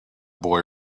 boy